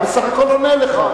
הוא בסך הכול עונה לך.